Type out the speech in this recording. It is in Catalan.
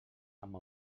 amb